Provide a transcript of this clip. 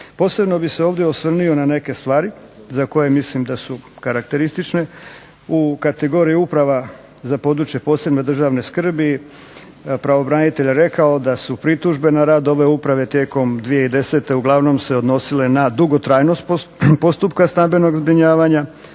Posebno bih se ovdje osvrnuo na neke stvari za koje mislim da su karakteristične. U kategoriji uprava za područje posebne državne skrbi pravobranitelj je rekao da su pritužbe na rad ove uprave tijekom 2010. uglavnom se odnosile na dugotrajnost postupka stambenog zbrinjavanja,